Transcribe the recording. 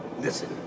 listen